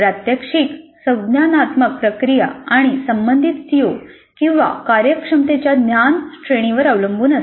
प्रात्यक्षिक संज्ञानात्मक प्रक्रिया आणि संबंधित सीओ किंवा कार्यक्षमतेच्या ज्ञान श्रेणीवर अवलंबून असते